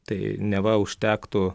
tai neva užtektų